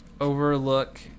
Overlook